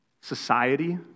society